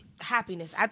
happiness